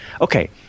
Okay